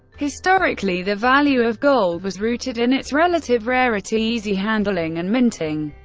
historically, the value of gold was rooted in its relative rarity, easy handling and minting,